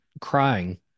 crying